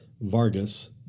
Vargas